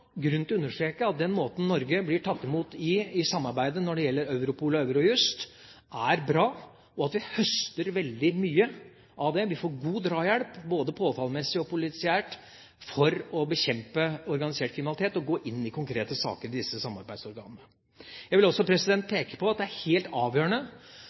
grunn til å understreke at den måten Norge blir tatt imot på i samarbeidet når det gjelder Europol og Eurojust, er bra. Vi høster veldig mye av det, og får god drahjelp av disse samarbeidsorganene både påtalemessig og polisiært for å bekjempe organisert kriminalitet og å gå inn i konkrete saker. Jeg vil også peke på at det er helt avgjørende